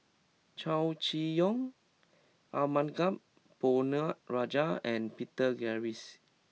Chow Chee Yong Arumugam Ponnu Rajah and Peter Gilchrist